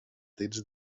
dits